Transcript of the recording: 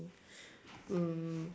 um